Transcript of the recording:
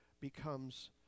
becomes